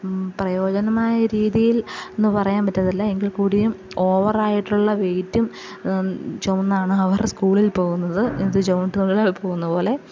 പ്രയോജനമായ രീതിയിൽ എന്നു പറയാൻ പറ്റത്തില്ല എങ്കിൽ കൂടിയും ഓവറായിട്ടുള്ള വെയ്റ്റും ചുമന്നാണ് അവർ സ്കൂളിൽ പോകുന്നത് ഇത് ചുമട്ടു തൊഴിലാളികൾ പോകുന്നപോലെ